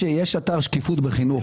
יש אתר שקיפות בחינוך,